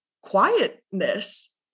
quietness